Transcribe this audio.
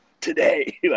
today